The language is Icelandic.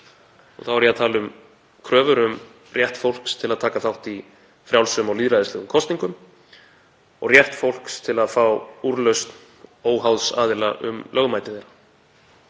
og þá er ég að tala um kröfur um rétt fólks til að taka þátt í frjálsum og lýðræðislegum kosningum og rétt fólks til að fá úrlausn óháðs aðila um lögmæti þeirra.